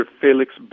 Felix